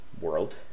world